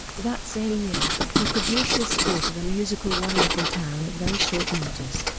that same year, he produced his score to the musical wonderful town at very short notice,